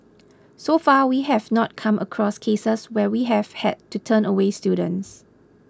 so far we have not come across cases where we have had to turn away students